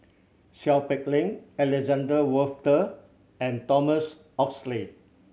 Seow Peck Leng Alexander Wolter and Thomas Oxley